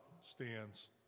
stands